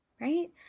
right